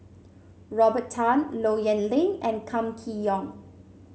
Robert Tan Low Yen Ling and Kam Kee Yong